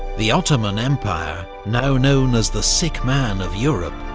the ottoman empire, now known as the sick man of europe,